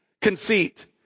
conceit